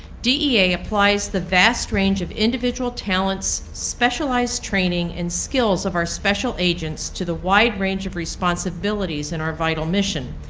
dea applies the vast range of individual talents, specialized training, and skills of our special agents to the wide range of responsibilities in our vital mission.